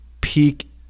peak